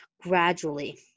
Gradually